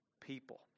people